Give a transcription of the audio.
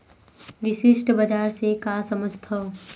विशिष्ट बजार से का समझथव?